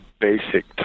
basic